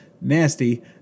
nasty